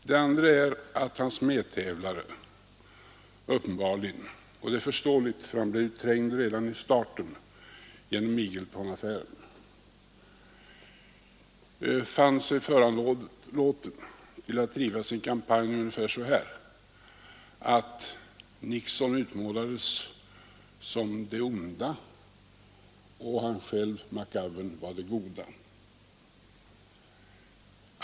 Den andra är att hans medtävlare uppenbarligen — och det är förstå fann sig föranlåten att driva sin kampanj ungefär så att Nixon utmålades som det onda, medan han själv, McGovern, var det goda.